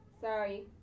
sorry